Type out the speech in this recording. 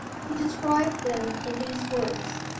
he described them in these words,